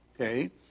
okay